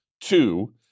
two